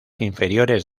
inferiores